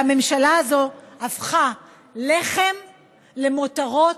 והממשלה הזו הפכה לחם למותרות,